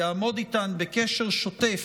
יעמוד איתן בקשר שוטף,